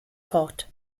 fort